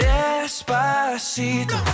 Despacito